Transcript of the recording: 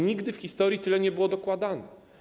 Nigdy w historii tyle nie było dokładane.